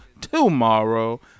tomorrow